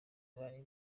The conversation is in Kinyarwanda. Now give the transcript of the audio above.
bari